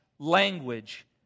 Language